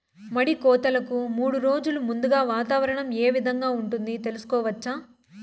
మడి కోతలకు మూడు రోజులు ముందుగా వాతావరణం ఏ విధంగా ఉంటుంది, తెలుసుకోవచ్చా?